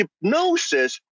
hypnosis